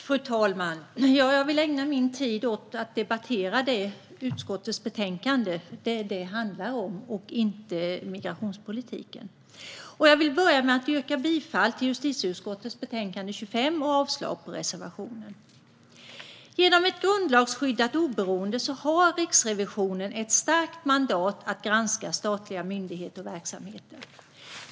Fru talman! Jag vill ägna min tid åt att debattera det utskottets betänkande handlar om och inte migrationspolitiken. Jag börjar med att yrka bifall till utskottets förslag i justitieutskottets betänkande 25 och avslag på reservationen. Genom ett grundlagsskyddat oberoende har Riksrevisionen ett starkt mandat att granska statliga myndigheter och verksamheter.